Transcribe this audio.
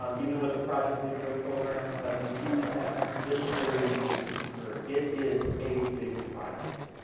um even with the project lead the way program that we teach, and this is very unique to new trier. it is a big project.